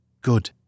Good